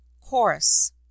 chorus